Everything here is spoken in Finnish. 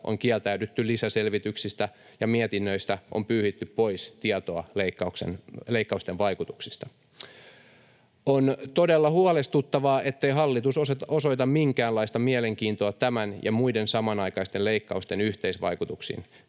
on kieltäydytty lisäselvityksistä ja mietinnöistä on pyyhitty pois tietoa leikkausten vaikutuksista. On todella huolestuttavaa, ettei hallitus osoita minkäänlaista mielenkiintoa tämän ja muiden samanaikaisten leikkausten yhteisvaikutuksiin.